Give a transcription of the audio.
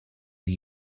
the